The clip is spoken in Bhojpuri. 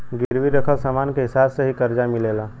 गिरवी रखल समान के हिसाब से ही करजा मिलेला